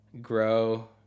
grow